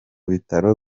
bitaro